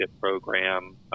program